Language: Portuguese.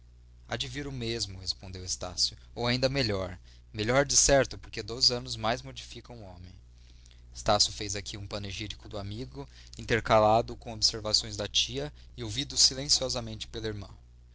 vir o mesmo respondeu estácio ou ainda melhor melhor decerto porque dois anos mais modificam o homem estácio fez aqui um panegírico do amigo intercalado com observações da tia e ouvido silenciosamente pela irmã